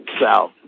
south